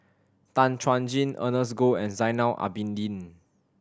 Tan Chuan Jin Ernest Goh and Zainal Abidin